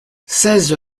seize